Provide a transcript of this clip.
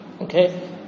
okay